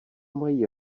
mají